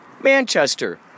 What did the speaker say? Manchester